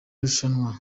rushanwa